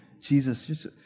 Jesus